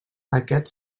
aquest